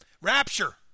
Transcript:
Rapture